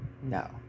no